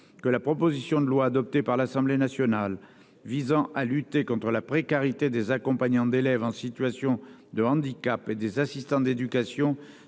que la proposition de loi, adoptée par l'Assemblée nationale, visant à lutter contre la précarité des accompagnants d'élèves en situation de handicap et des assistants d'éducation